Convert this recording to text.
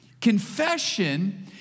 Confession